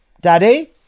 Daddy